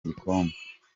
igikombe